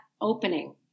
opening